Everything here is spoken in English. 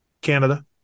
Canada